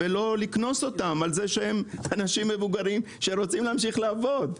ושלא צריך לקנוס אותם על זה שהם אנשים מבוגרים שרוצים להמשיך לעבוד.